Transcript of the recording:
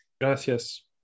Gracias